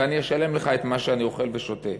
ואני אשלם לך את מה שאני אוכל ושותה.